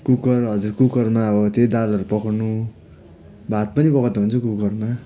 cooker हजुर कुकरमा अब त्यही दालहरू पकाउनु भात पनि पकाउँदा हुन्छ कुकरमा